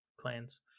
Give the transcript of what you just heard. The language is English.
clans